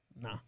Nah